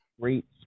great